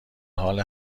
حال